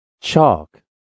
Chalk